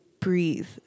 breathe